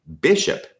Bishop